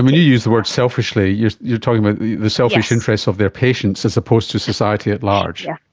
you use the word selfishly, you're you're talking about the the selfish interest of their patients as opposed to society at large. yeah